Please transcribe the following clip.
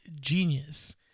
Genius